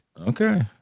Okay